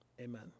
Amen